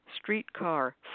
streetcar